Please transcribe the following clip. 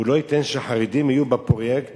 הוא לא ייתן שחרדים יהיו בפרויקט